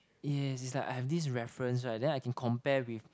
yes it's like I have this reference right then I can compare with